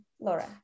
Laura